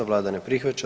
Vlada ne prihvaća.